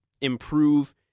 improve